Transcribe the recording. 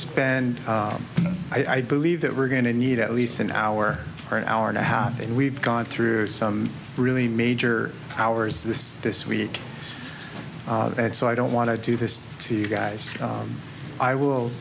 spend i believe that we're going to need at least an hour or an hour and a half and we've gone through some really major powers this this week and so i don't want to do this to you guys i will